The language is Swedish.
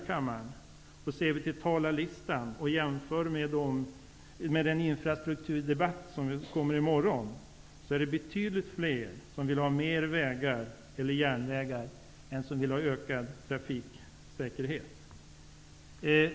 Om vi ser på talarlistan och jämför den med talarlistan till den infrastrukturdebatt som vi kommer att ha i morgon, ser vi att det är det betydligt fler som vill ha mer järnvägar och vägar än som vill ha ökad trafiksäkerhet.